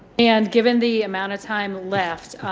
and given the amount of time left,